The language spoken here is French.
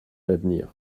l’avenir